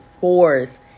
fourth